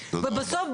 ובסוף,